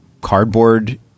cardboard